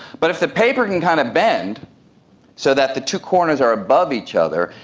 but if the paper can kind of bend so that the two corners are above each other,